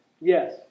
Yes